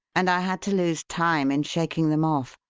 and i had to lose time in shaking them off.